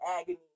agony